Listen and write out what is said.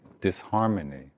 disharmony